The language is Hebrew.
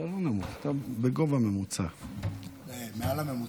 אני שולח תקווה למשפחות החטופים שהם יחזרו במהרה,